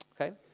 Okay